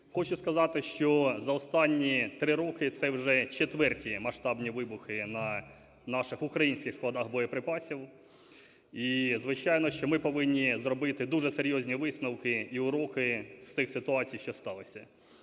Хочу сказати, що за останні три роки це вже четверті масштабні вибухи на наших українських складах боєприпасів. І звичайно, що ми повинні зробити дуже серйозні висновки і уроки з цих ситуацій, що сталися.